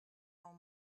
home